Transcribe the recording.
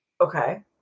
Okay